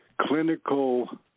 clinical